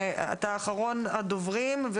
אתה אחרון הדוברים.